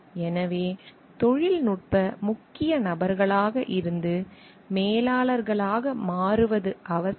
எனவே தொழில்நுட்ப முக்கிய நபர்களாக இருந்து மேலாளர்களாக மாறுவது அவசியம்